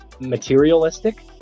materialistic